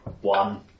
One